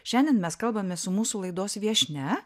šiandien mes kalbamės su mūsų laidos viešnia